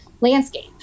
landscape